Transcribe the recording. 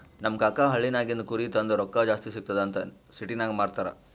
ನಮ್ ಕಾಕಾ ಹಳ್ಳಿನಾಗಿಂದ್ ಕುರಿ ತಂದು ರೊಕ್ಕಾ ಜಾಸ್ತಿ ಸಿಗ್ತುದ್ ಅಂತ್ ಸಿಟಿನಾಗ್ ಮಾರ್ತಾರ್